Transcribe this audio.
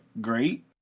great